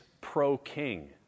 pro-king